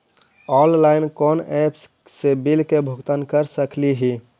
Online कोन app से bill के भुगतान कर सकली ही?